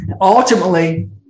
Ultimately